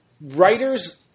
writers